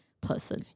person